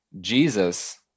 Jesus